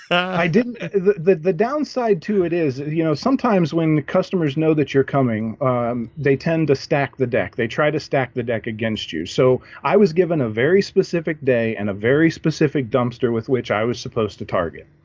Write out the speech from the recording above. i did that the downside to it is you know, sometimes when the customers know that you're coming they tend to stack the deck. they try to stack the deck against you so i was given a very specific day and a very specific dumpster with which i was supposed to target